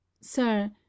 sir